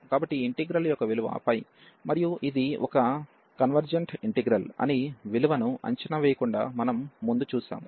కాబట్టి ఈ ఇంటిగ్రల్ యొక్క విలువ మరియు ఇది ఒక కన్వర్జెన్ట్ ఇంటిగ్రల్ అని విలువను అంచనా వేయకుండా మనం ముందు చూశాము